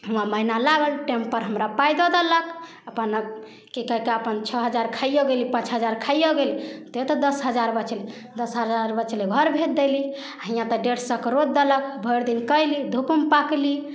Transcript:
हुआँ महिना लागल टेमपर हमरा पाइ दऽ देलक अपन कि कहैके अपन छओ हजार खाइओ गेली पाँच हजार खाइओ गेली तैओ तऽ दस हजार बचलै दस हजार बचलै घर भेज देली हिआँ तऽ डेढ़ सओके रोज देलक भरि दिन कएली धूपोमे पाकली